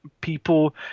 people